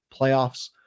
Playoffs